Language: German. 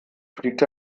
fliegt